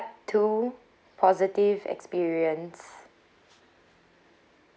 two positive experience